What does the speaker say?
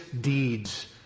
deeds